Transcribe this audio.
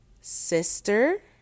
sister